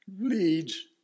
leads